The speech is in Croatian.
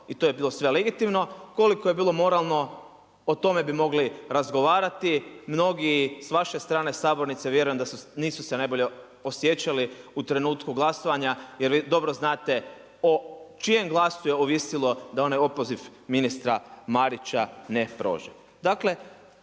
i to je bilo sve legitimno. Koliko je bilo moralno o tome bi mogli razgovarati. Mnogi s vaše sabornice vjerujem da su, nisu se najbolje osjećali u trenutku glasovanja jer vi dobro znate o čijem glasu je ovisilo da onaj opoziv ministra Marića ne prođe.